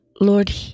Lord